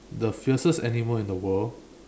the fiercest animal in the world